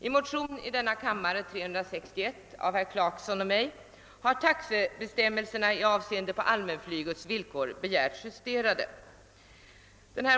I motion II: 361 av herr Clarkson och mig har taxebestämmelserna för allmänflyget begärts justerade.